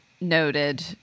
noted